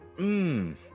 Mmm